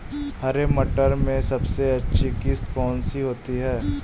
हरे मटर में सबसे अच्छी किश्त कौन सी होती है?